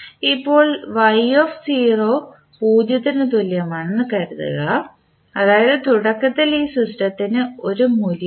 ഇപ്പോൾ y പൂജ്യത്തിന് തുല്യമാണെന്ന് കരുതുകഅതായത് തുടക്കത്തിൽ ഈ സിസ്റ്റത്തിന് ഒരു മൂല്യവുമില്ല